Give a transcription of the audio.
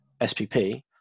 SPP